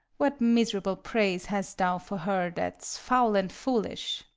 what miserable praise hast thou for her that's foul and foolish?